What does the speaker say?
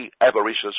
avaricious